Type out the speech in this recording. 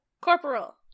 Corporal